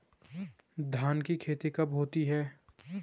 धान की खेती कब होती है?